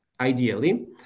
ideally